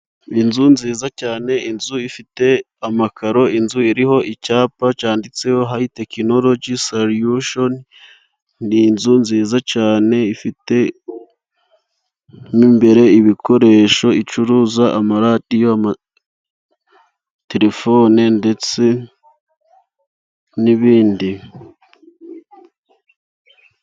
Inzu nziza cyane inzu ifite amakaro inzu iriho icyapa cyanditseho Hayitekinoloji Saliyushoni, ni inzu nziza cyane ifite mo imbere ibikoresho icuruza amaradiyo, ama telefone ndetse n'ibindi.